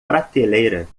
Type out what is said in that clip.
prateleira